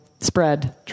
spread